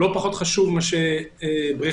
לא פחות חשובים מבריכות.